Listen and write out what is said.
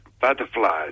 butterflies